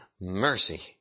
Mercy